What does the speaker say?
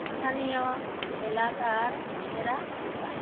স্থানীয় এলাকার সেরা দোকান